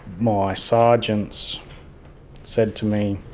my sergeants said to me,